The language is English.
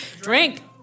drink